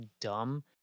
dumb